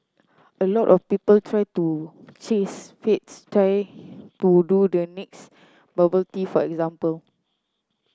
a lot of people try to chase fads try to do the next bubble tea for example